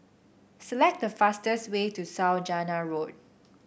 select the fastest way to Saujana Road